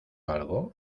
algo